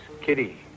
Kitty